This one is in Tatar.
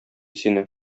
сине